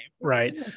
Right